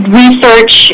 research